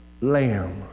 Lamb